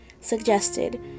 suggested